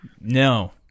No